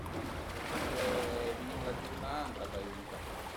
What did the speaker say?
Për taché bin la giurnà ëntà beivi ën café